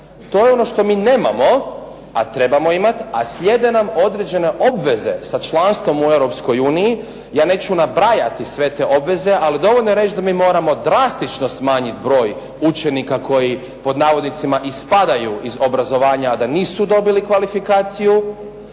To je ono što mi nemamo, a trebamo imati, a slijede nam određene obveze sa članstvom u Europskoj uniji. Ja neću nabrajati sve te obveze, ali dovoljno je reći da mi moramo drastično smanjiti broj učenika koji pod navodnicima ispadaju iz obrazovanja, a da nisu dobili kvalifikaciju.